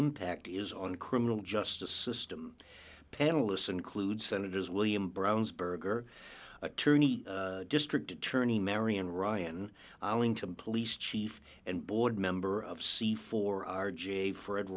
impact is on criminal justice system panelists include senators william brown's berger attorney district attorney marion ryan going to police chief and board member of c for r j for ed